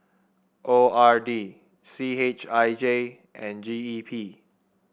O R D C H I J and G E P